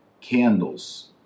candles